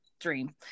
dream